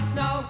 no